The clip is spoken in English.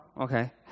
okay